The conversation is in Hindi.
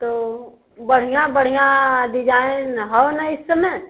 तो बढ़िया बढ़िया डिजाइन हौ ना इस समय